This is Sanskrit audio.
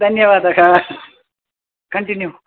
दन्यवादः कण्टिन्यू